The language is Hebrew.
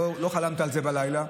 לא חלמת על זה בלילה.